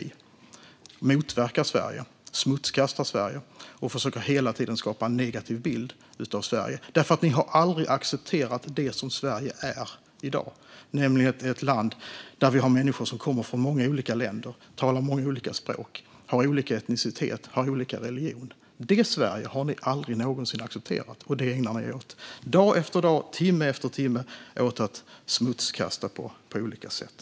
Ni motverkar Sverige, smutskastar Sverige och försöker hela tiden skapa en negativ bild av Sverige, därför att ni aldrig har accepterat det som Sverige är i dag, nämligen ett land där vi har människor som kommer från många olika länder, talar många olika språk, har olika etnicitet och olika religion. Detta Sverige har ni aldrig någonsin accepterat. Det ägnar ni er dag efter dag, timme efter timme åt att smutskasta på olika sätt.